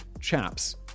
chaps